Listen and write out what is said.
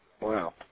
Wow